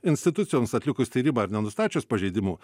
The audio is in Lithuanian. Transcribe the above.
institucijoms atlikus tyrimą ir nenustačius pažeidimų